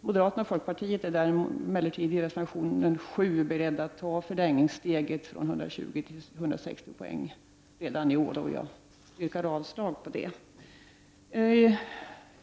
Moderaterna och folkpartiet är emellertid i reservation nr 7 beredda att ta förlängningssteget från 120 till 160 poäng redan i år. Jag yrkar alltså avslag på den reservationen.